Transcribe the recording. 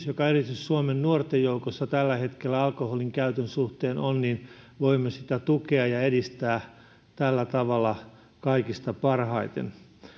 joka erityisesti suomen nuorten joukossa tällä hetkellä alkoholinkäytön suhteen on voimme tukea ja edistää tällä tavalla kaikista parhaiten